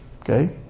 okay